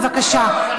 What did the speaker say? בבקשה,